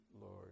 Lord